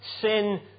sin